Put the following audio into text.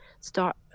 start